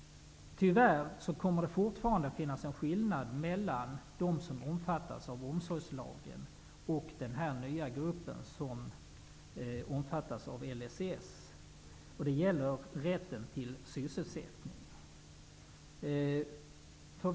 Tyvärr kommer det fortfarande att finnas en skillnad mellan dem som omfattas av omsorgslagen och den nya gruppen som omfattas av LSS. Det gäller rätten till sysselsättning.